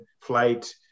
flight